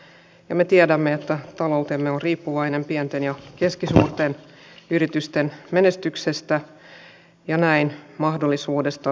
ja me tiedämme että taloutemme on riippuvainen pienten ja keskisuurten yritysten menestyksestä ja näiden mahdollisuudesta antaa työtä